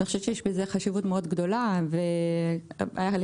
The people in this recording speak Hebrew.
אני חושבת שיש בזה חשיבות מאוד גדולה והיה לי